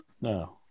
No